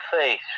faith